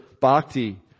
bhakti